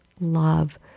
love